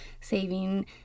Saving